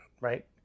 right